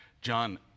John